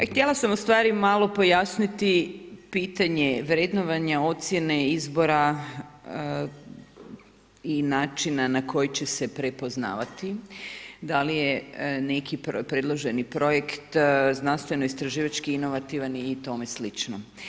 Htjela sam ustvari malo pojasniti pitanje vrednovanja ocjene izbora i načina na koji će se prepoznavati, da li je neki predloženi projekt, znanstveno istraživački, inovativan i tome slično.